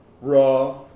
Raw